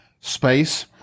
space